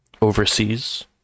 overseas